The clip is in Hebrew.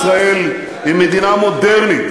אני רואה את העובדה שישראל היא מדינה מודרנית,